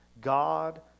God